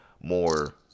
more